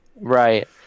Right